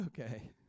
Okay